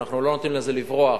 אנחנו לא נותנים לזה לברוח,